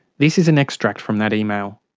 this is an extract from that email.